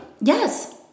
Yes